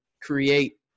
create